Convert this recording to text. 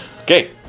Okay